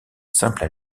simple